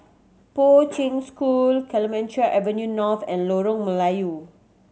Poi Ching School Clemenceau Avenue North and Lorong Melaiyu